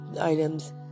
items